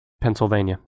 Pennsylvania